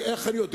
איך אני יודע?